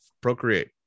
Procreate